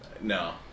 no